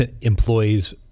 employees